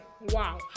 Wow